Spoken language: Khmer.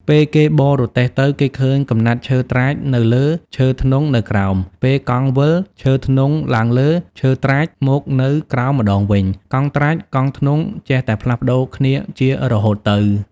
ពេលគេបររទេះទៅ គេឃើញកំណាត់ឈើត្រាចនៅលើ ឈើធ្នង់នៅក្រោម ពេលកង់វិល ឈើធ្នង់ឡើងលើ ឈើត្រាចមកនៅក្រោមម្តងវិញ កង់ត្រាច កង់ធ្នង់ ចេះតែផ្លាស់ប្តូរគ្នាជារហូតទៅ ។